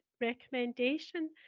recommendation